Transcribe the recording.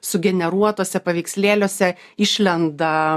sugeneruotuose paveikslėliuose išlenda